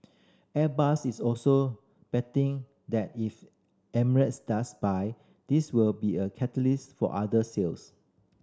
airbus is also betting that if Emirates does buy this will be a catalyst for other sales